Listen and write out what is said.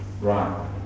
right